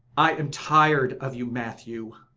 i am tired of you, matthew.